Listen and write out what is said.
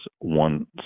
one